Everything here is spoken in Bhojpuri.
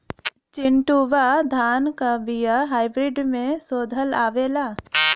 चिन्टूवा धान क बिया हाइब्रिड में शोधल आवेला?